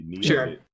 sure